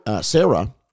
Sarah